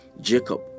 Jacob